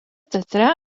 teatre